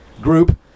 group